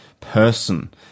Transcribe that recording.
person